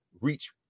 reach